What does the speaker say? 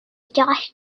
josh